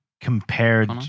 Compared